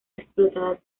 explotadas